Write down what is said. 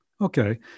okay